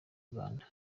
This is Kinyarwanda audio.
uganda